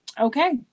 okay